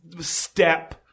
step